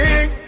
king